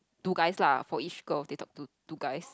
two guys lah for each girl they talk to two guys